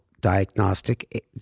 diagnostic